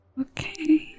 okay